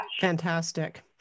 Fantastic